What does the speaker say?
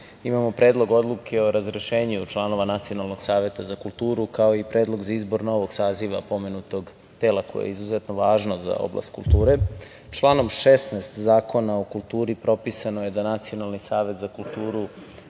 imamo Predlog odluke o razrešenju članova Nacionalnog saveta za kulturu, kao i predlog za izbor novog saziva pomenutog tela koje je izuzetno važno za oblast kulture. Članom 16. Zakona o kulturi propisano je da Nacionalni savet za kulturu